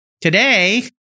Today